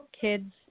kids